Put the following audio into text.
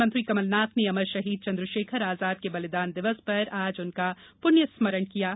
मुख्यमंत्री कमलनाथ ने अमर शहीद चंद्रशेखर आजाद के बलिदान दिवस पर आज उनका पुण्य स्मरण किया है